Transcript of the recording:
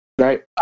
right